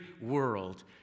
world